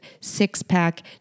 six-pack